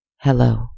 Hello